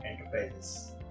enterprises